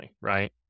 right